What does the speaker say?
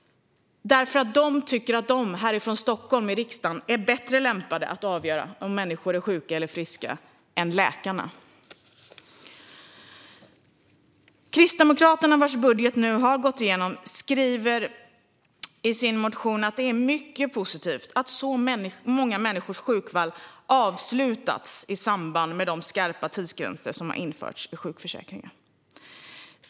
De tycker nämligen att de, härifrån riksdagen i Stockholm, är bättre lämpade att avgöra om människor är sjuka eller friska än vad läkarna är. Kristdemokraterna, vars budget nu har gått igenom, skriver i partiets motion att det är mycket positivt att så många människors sjukfall har avslutats i samband med de skarpa tidsgränser som har införts i sjukförsäkringen.